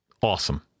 awesome